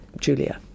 Julia